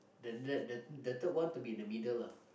then after that the third one to be in the middle ah